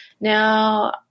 Now